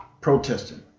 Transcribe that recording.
Protesting